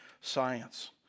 science